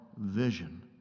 vision